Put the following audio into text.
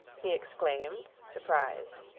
he exclaimed, surprised.